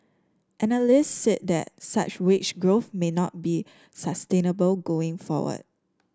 analysts said that such wage growth may not be sustainable going forward